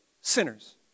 Sinners